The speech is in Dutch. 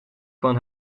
van